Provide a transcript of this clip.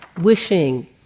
wishing